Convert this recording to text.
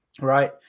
right